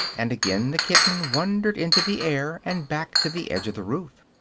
and again the kitten wandered into the air and back to the edge of the roof.